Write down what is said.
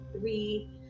three